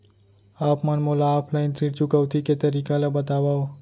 आप मन मोला ऑफलाइन ऋण चुकौती के तरीका ल बतावव?